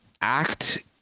act